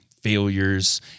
failures